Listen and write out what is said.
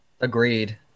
Agreed